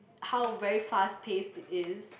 how very fast paced it is